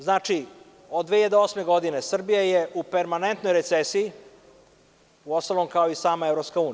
Znači, od 2008. godine Srbija je u permanentnoj recesiji uostalom kao i sama EU.